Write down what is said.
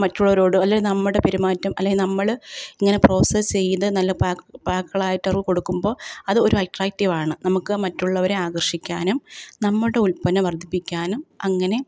മറ്റുള്ളവരോട് അല്ലേൽ നമ്മുടെ പെരുമാറ്റം അല്ലെങ്കിൽ നമ്മൾ ഇങ്ങനെ പ്രോസസ്സ് ചെയ്ത് നല്ല പാക്ക് പാക്കുകളായിട്ട് അവർക്ക് കൊടുക്കുമ്പോൾ അത് ഒരു അറ്റ്റാക്റ്റീവാണ് നമുക്ക് മറ്റുള്ളവരെ ആകർഷിക്കാനും നമ്മുടെ ഉത്പന്നം വർദ്ധിപ്പിക്കാനും അങ്ങനെ